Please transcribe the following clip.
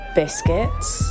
biscuits